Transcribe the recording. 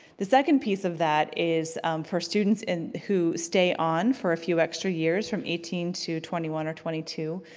the second piece of that is for students and who stay on for a few extra years, from eighteen to twenty one or twenty two,